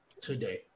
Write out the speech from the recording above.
today